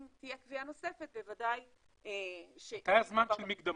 אם תהיה קביעה נוספת בוודאי ש --- מתי הזמן של המקדמות?